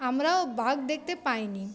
আমরাও বাঘ দেখতে পাইনি